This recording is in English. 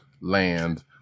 land